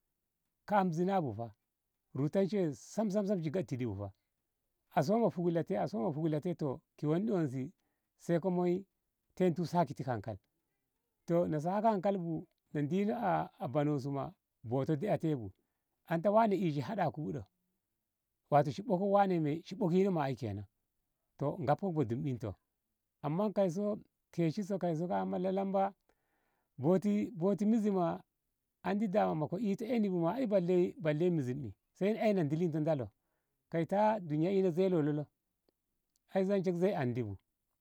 Kam zinah bu fa ruta shi woi shi sam sam shi gyattidi bu fa a soma pupla te a soma pupla te toh ki wonde wonse a ditu a sake hankali toh na saka hankali bu na dino banonsu ma boto deƙa te bu ana ta wane ishi haɗaku bu ɗoh wato shi ɓokko wane shi ɓokino ma. i kenan toh ngab ko badumbinto amma keshi so kaisoka. a ma lalamba boti boti mizi ma andi dama ko ito eni bu boti ai boti mizin din se eiyo tilito dalo toh ta duniya a ina zinah lolo ai zalshek zinah andi bu.